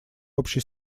общей